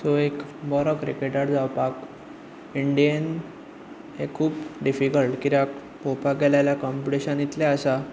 so एक बरो cricketer जावपाक इंडियेन हें खूब डिफीकल्ट कित्याक पळोवपाक गेलें जाल्यार कोंपीटीशन इतलें आसा